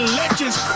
legends